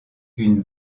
une